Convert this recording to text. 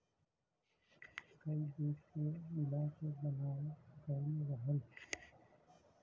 कई देश के मिला के बनावाल गएल रहल